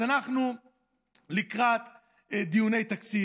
אז אנחנו לקראת דיוני תקציב,